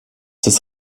das